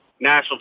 national